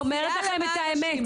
אני אומרת לכם את האמת.